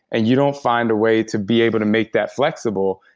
and you don't find a way to be able to make that flexible.